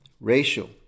racial